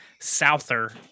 Souther